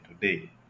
today